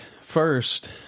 First